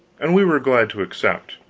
and we were glad to accept.